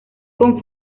con